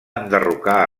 enderrocar